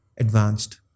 advanced